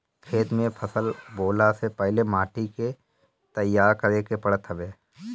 खेत में फसल बोअला से पहिले माटी के तईयार करे के पड़त हवे